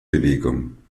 bewegung